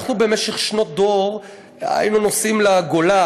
אנחנו במשך שנות דור היינו נוסעים לגולה